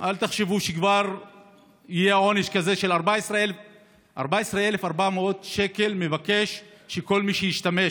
אל תחשבו שכבר יהיה עונש כזה של 14,400 שקל לכל מי שישתמש